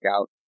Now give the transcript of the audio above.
out